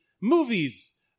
movies